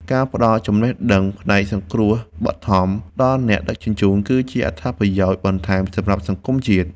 ការផ្ដល់ចំណេះដឹងផ្នែកសង្គ្រោះបឋមដល់អ្នកដឹកជញ្ជូន គឺជាអត្ថប្រយោជន៍បន្ថែមសម្រាប់សង្គមជាតិ។